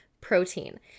protein